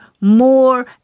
more